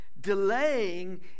Delaying